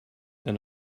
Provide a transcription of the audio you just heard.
than